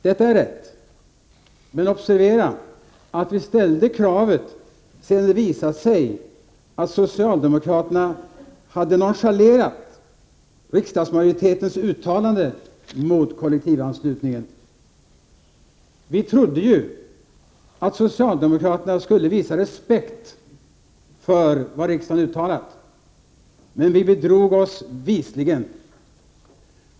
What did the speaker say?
Detta är rätt, men observera att vi ställde kravet sedan det visat sig att socialdemokraterna hade nonchalerat riksdagsmajoritetens uttalande mot kollektivanslutningen. Vi trodde ju att socialdemokraterna skulle visa respekt för vad riksdagen uttalat men däri bedrog vi oss.